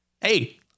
Hey